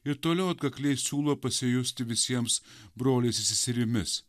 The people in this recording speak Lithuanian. ir toliau atkakliai siūlo pasijusti visiems broliais ir seserimis